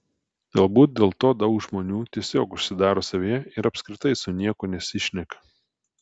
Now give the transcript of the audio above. galbūt dėl to daug žmonių tiesiog užsidaro savyje ir apskritai su niekuo nesišneka